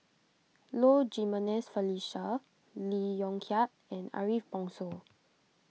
Low Jimenez Felicia Lee Yong Kiat and Ariff Bongso